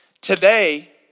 Today